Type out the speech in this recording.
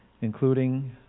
including